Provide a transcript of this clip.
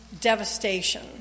devastation